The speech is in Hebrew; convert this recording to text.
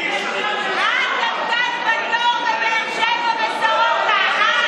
את עמדת בתור בבאר שבע, בסורוקה.